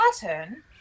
Pattern